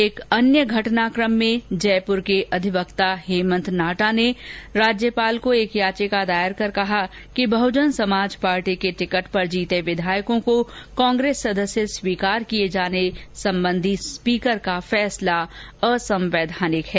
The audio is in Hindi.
एक अन्य घटनाक्रम में जयपुर के अधिवक्ता हेमन्त नाहटा ने राज्यपाल को एक याचिका दायर कर कहा कि बहजन समाज पार्टी के टिकट पर जीते विधायकों को कांग्रेस सदस्य स्वीकार किये जाने संबंधी स्पीकर का फैसला असंवैधानिक है